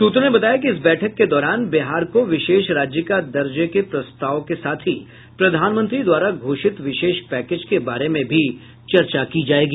सूत्रों ने बताया कि इस बैठक के दौरान बिहार को विशेष राज्य का दर्जा के प्रस्ताव के साथ ही प्रधानमंत्री द्वारा घोषित विशेष पैकेज के बारे में भी चर्चा की जाएगी